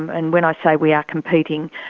and when i say we are competing,